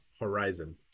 Horizon